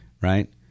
Right